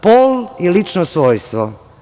Pol je lično svojstvo.